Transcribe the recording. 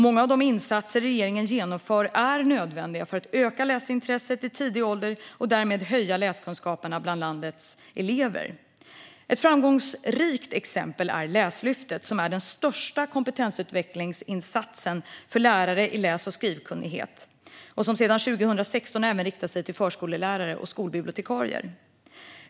Många av de insatser regeringen genomför är nödvändiga för att öka läsintresset i tidig ålder och därmed höja läskunskaperna bland landets elever. Ett framgångsrikt exempel är Läslyftet, som är den största kompetensutvecklingsinsatsen för lärare i läs och skrivkunnighet och som sedan 2016 även riktar sig till förskollärare och skolbibliotekarier.